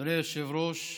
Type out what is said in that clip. אדוני היושב-ראש,